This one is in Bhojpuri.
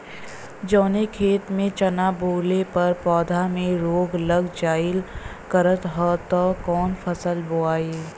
जवने खेत में चना बोअले पर पौधा में रोग लग जाईल करत ह त कवन फसल बोआई?